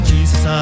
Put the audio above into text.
Jesus